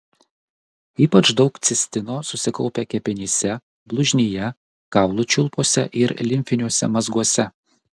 ypač daug cistino susikaupia kepenyse blužnyje kaulų čiulpuose ir limfiniuose mazguose